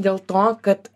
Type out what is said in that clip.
dėl to kad